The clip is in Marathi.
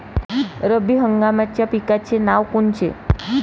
रब्बी हंगामाच्या पिकाचे नावं कोनचे?